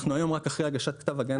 אנחנו היום רק אחרי הגשת כתב הגנה.